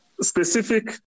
specific